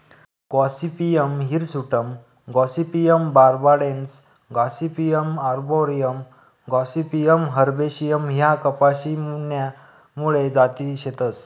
Gossypium hirsutum Gossypium barbadense Gossypium arboreum Gossypium herbaceum ह्या कपाशी न्या मूळ जाती शेतस